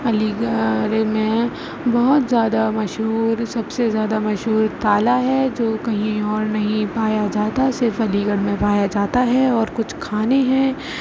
علی گڑھ میں بہت زیادہ مشہور سب سے زیادہ مشہور تالا ہے جو کہیں اور نہیں پایا جاتا صرف علی گڑھ میں پایا جاتا ہے اور کچھ کھانے ہیں